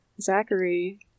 Zachary